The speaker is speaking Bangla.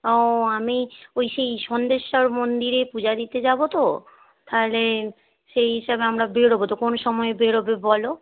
ও আমি ওই সেই সন্দেশ্বর মন্দিরে পূজা দিতে যাব তো তাহলে সেই হিসাবে আমরা বেরবো তো কোন সময়ে বেরবে বলো